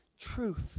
truth